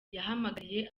yahamagariye